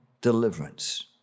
deliverance